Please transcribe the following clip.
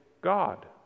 God